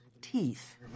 teeth